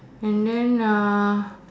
and then uh